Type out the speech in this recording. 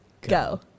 Go